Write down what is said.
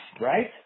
Right